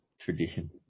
tradition